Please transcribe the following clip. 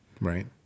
Right